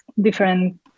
different